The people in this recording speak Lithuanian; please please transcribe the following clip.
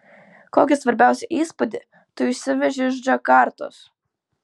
kokį svarbiausią įspūdį tu išsiveži iš džakartos